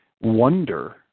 wonder